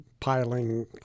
piling